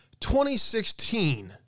2016